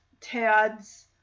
Tad's